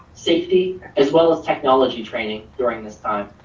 safety as well as technology training during this time.